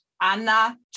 Anna